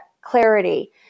clarity